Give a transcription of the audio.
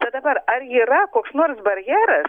kad dabar ar yra koks nors barjeras